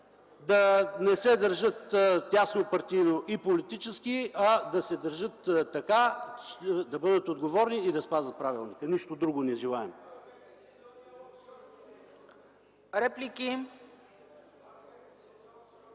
Да не се държат теснопартийно и политически, а да се държат така, че да бъдат отговорни и да спазват правилника. Нищо друго не желаем.